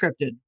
scripted